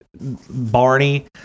Barney